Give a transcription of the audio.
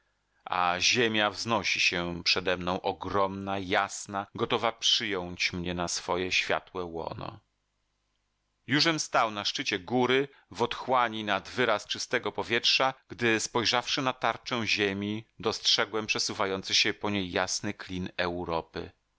a ziemia wznosi się przedemną ogromna jasna gotowa przyjąć mnie na swe światłe łono jużem stał na szczycie góry w otchłani nad wyraz czystego powietrza gdy spojrzawszy na tarczę ziemi dostrzegłem przesuwający się po niej jasny klin europy